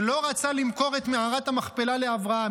שלא רצה למכור את מערכת המכפלת לאברהם.